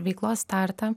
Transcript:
veiklos startą